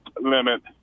limit